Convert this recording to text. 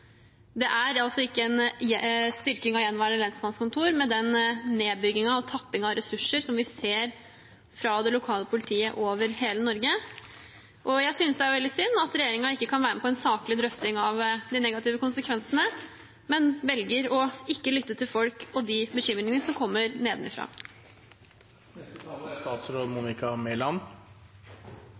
Det er ikke en styrking av gjenværende lensmannskontorer med den nedbyggingen og tappingen av ressurser som vi ser av det lokale politiet over hele Norge. Jeg synes det er veldig synd at regjeringen ikke kan være med på en saklig drøfting av de negative konsekvensene, men velger å ikke lytte til folk og de bekymringene som kommer